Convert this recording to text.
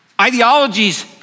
Ideologies